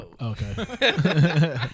okay